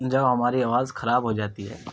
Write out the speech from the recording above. جب ہماری آواز خراب ہو جاتی ہے